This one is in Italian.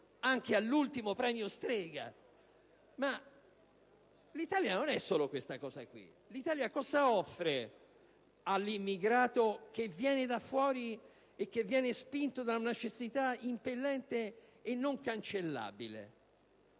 anche all'ultimo Premio Strega. Ma l'Italia non è solo questo. Cosa offre all'immigrato che viene da fuori e che viene spinto da una necessità impellente e non cancellabile?